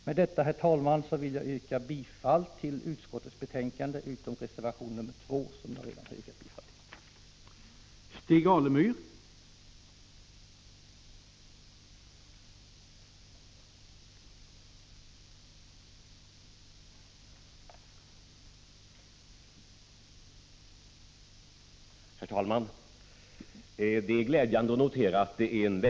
Med detta, herr talman, yrkar jag bifall till utskottets hemställan utom beträffande reservation 2, som jag redan har yrkat bifall till.